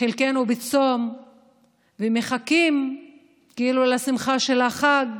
חלקנו בצום ומחכים לשמחה של החג,